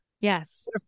Yes